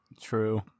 True